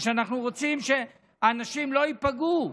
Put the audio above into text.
אנחנו רוצים שאנשים לא ייפגעו.